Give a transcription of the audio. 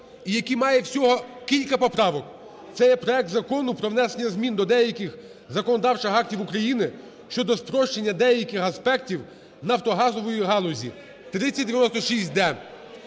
і який має всього кілька поправок. Це є проект Закону про внесення змін до деяких законодавчих актів України щодо спрощення деяких аспектів нафтогазової галузі (3096-д).